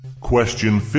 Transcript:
Question